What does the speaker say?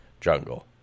jungle